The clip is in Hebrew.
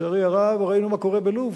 לצערי הרב, ראינו מה קורה בלוב,